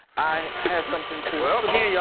i have something to um yeah